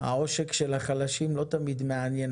העושק של החלשים לא תמיד מעניין.